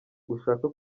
ushaka